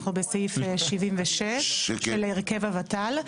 אנחנו בסעיף 76 של הרכב הות"ל.